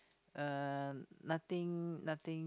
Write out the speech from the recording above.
uh nothing nothing